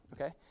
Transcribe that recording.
okay